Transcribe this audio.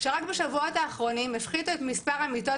שרק בשבועות האחרונים הפחיתו את מספר המיטות